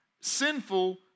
sinful